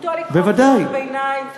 זכותו לקרוא קריאות ביניים, בוודאי.